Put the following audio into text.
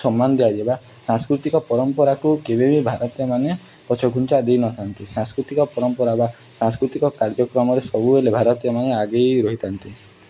ସମ୍ମାନ ଦିଆଯିବା ସାଂସ୍କୃତିକ ପରମ୍ପରାକୁ କେବେ ବି ଭାରତୀୟମାନେ ପଛଘୁଞ୍ଚା ଦେଇନାହାନ୍ତି ସାଂସ୍କୃତିକ ପରମ୍ପରା ବା ସାଂସ୍କୃତିକ କାର୍ଯ୍ୟକ୍ରମରେ ସବୁବେଲେ ଭାରତୀୟମାନେ ଆଗେଇ ରହିଥାନ୍ତି